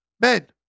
Men